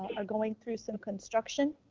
are going through some construction.